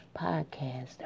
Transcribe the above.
podcast